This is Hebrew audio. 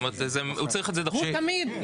הוא צריך את זה --- הוא תמיד,